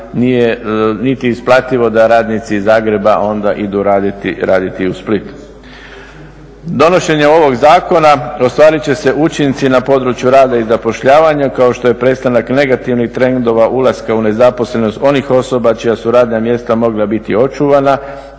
nije niti isplativo da radnici iz Zagreba onda idu raditi u Split. Donošenjem ovog zakona ostvarit će se učinci na području rada i zapošljavanja, kao što je prestanak negativnih trendova ulaska u nezaposlenost onih osoba čija su radna mjesta mogla biti očuvana